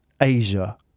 asia